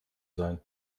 sein